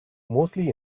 mostly